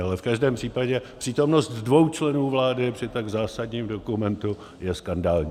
Ale v každém případě přítomnost dvou členů vlády při tak zásadním dokumentu je skandální.